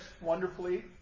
wonderfully